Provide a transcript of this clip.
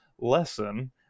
lesson